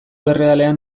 errealean